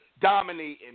dominating